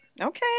Okay